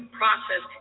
process